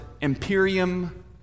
imperium